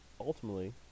Ultimately